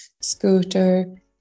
scooter